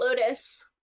lotus